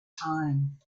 time